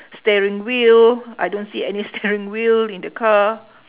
steering wheel I don't see any steering wheel in the car